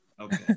Okay